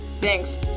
thanks